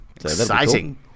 Exciting